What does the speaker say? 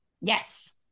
Yes